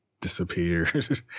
disappeared